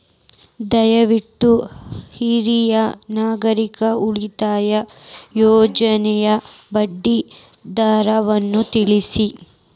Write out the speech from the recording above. ದಯವಿಟ್ಟು ಹಿರಿಯ ನಾಗರಿಕರ ಉಳಿತಾಯ ಯೋಜನೆಯ ಬಡ್ಡಿ ದರವನ್ನು ತಿಳಿಸಿ